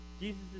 Jesus